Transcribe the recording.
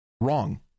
Wrong